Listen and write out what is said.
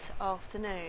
afternoon